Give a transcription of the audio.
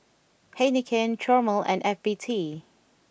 Heinekein Chomel and F B T